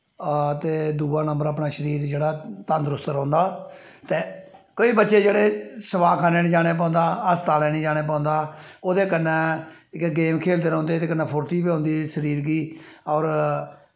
ते दुऐ नंबर जेह्ड़ा शरीर अपना तंदरुस्त रौंह्दा ते केईं बच्चे जेह्ड़े स्वा खाने निं जाना पौंदा हस्पताल निं जाना पौंदा ओह्दै कन्नै जेह्के गेम खेलदे रौंह्दे एह्दै कन्नै फुर्ती बी औंदी शरीर गी और